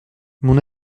mon